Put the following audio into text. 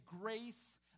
grace